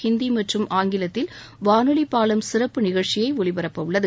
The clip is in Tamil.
ஹிந்தி மற்றும் ஆங்கிலத்தில் வானொலி பாலம் சிறப்பு நிகழ்ச்சியை ஒலிபரப்ப உள்ளது